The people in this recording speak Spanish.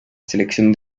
selección